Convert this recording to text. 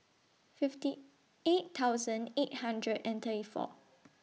fifty eight thousand eight hundred and thirty four